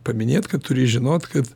paminėti kad turi žinot kad